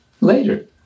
later